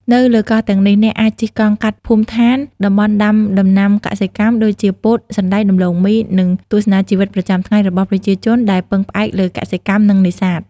នៅលើកោះទាំងនេះ អ្នកអាចជិះកង់កាត់ភូមិដ្ឋាន តំបន់ដាំដំណាំកសិកម្ម ដូចជាពោត សណ្តែក ដំឡូងមី និងទស្សនាជីវិតប្រចាំថ្ងៃរបស់ប្រជាជនដែលពឹងផ្អែកលើកសិកម្ម និងនេសាទ។